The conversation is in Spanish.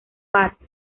park